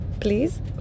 please